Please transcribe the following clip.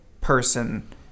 person